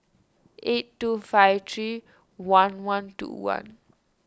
eight two five three one one two one